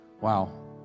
Wow